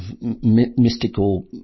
mystical